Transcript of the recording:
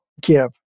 give